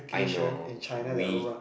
I know we